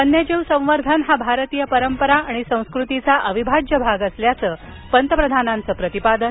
वन्यजीव संवर्धन हा भारतीय परंपरा आणि संस्कृतीचा अविभाज्य भाग असल्याचं पंतप्रधानांचं प्रतिपादन